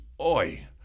oi